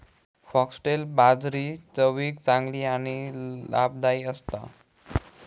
foxtail बाजरी चवीक चांगली आणि लाभदायी असता